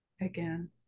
Again